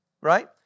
Right